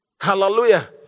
Hallelujah